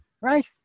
right